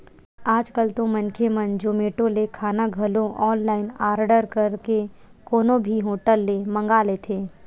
आज कल तो मनखे मन जोमेटो ले खाना घलो ऑनलाइन आरडर करके कोनो भी होटल ले मंगा लेथे